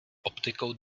optikou